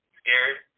scared